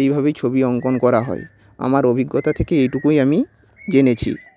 এইভাবেই ছবি অঙ্কন করা হয় আমার অভিজ্ঞতা থেকে এটুকুই আমি জেনেছি